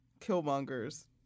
Killmonger's